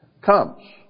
comes